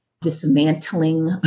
dismantling